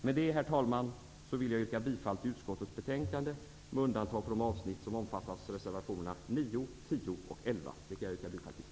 Med det anförda, herr talman, yrkar jag bifall till hemställan i utskottets betänkande med undantag för de avsnitt som omfattas av reservationerna 9, 10 och 11, vilka jag yrkar bifall till.